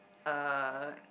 uh